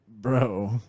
bro